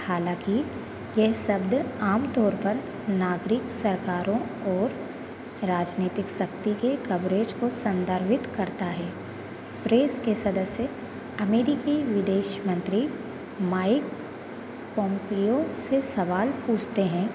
हालाँकि ये शब्द आमतौर पर नागरिक सरकारों और राजनीतिक शक्ति के कॉवेरेज को संदर्भित करता है प्रेस के सदस्य अमेरिकी विदेश मंत्री माई पोमपलियो से सवाल पूछते हैं